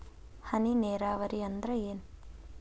ಹನಿ ನೇರಾವರಿ ಅಂದ್ರ ಏನ್?